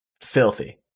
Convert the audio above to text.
filthy